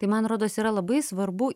tai man rodos yra labai svarbu